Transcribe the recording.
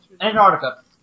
Antarctica